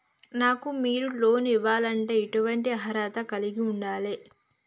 నాకు మీరు లోన్ ఇవ్వాలంటే ఎటువంటి అర్హత కలిగి వుండాలే?